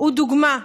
הוא דוגמה,